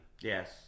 yes